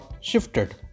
shifted